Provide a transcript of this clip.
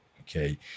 okay